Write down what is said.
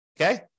okay